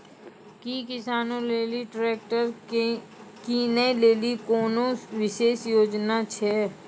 कि किसानो लेली ट्रैक्टर किनै लेली कोनो विशेष योजना छै?